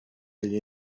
agl